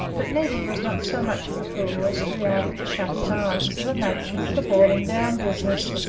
but neddy was not so much of a fool as to be able to shut his eyes to the nature of the boiling-down business.